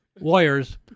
Lawyers